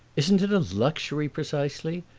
isn't it a luxury, precisely?